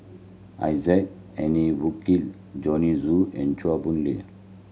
Isaac Henry Burkill Joanne Soo and Chua Boon Lay